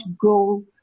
go